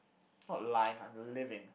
not lying I'm living